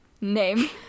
name